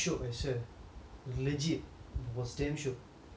legit was damn shiok